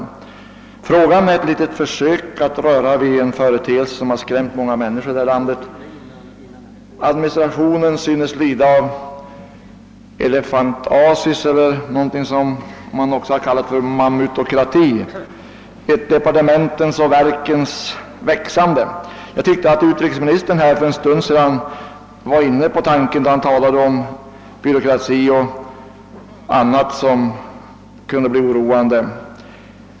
Min fråga var avsedd att vara ett litet försök att röra vid en företeelse som har skrämt många här i landet: administrationen synes lida av elefantiasis eller »mammutokrati» — ett departementens och verkens växande. Jag tyckte att utrikesministern för en stund sedan var inne på tanken då han talade om byråkrati och annat som kunde verka oroande.